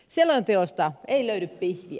selonteosta ei löydy pihviä